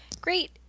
great